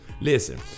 listen